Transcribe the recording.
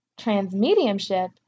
Transmediumship